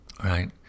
right